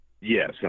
Yes